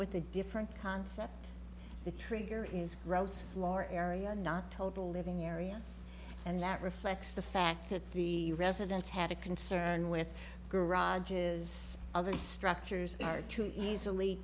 with a different concept the trigger is roads floor area not total living area and that reflects the fact that the residents had a concern with garages other structures are too easily